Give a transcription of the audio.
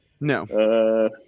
No